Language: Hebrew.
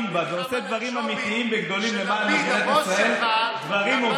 נלחם על הג'ובים של לפיד הבוס שלך בשביל הבת דודה שלו.